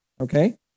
Okay